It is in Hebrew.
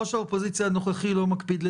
-- יושב-ראש האופוזיציה הנוכחי מקפיד לא